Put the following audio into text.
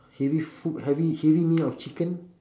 heavy food having heavy meal of chicken